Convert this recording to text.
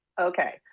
okay